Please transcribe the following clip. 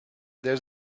there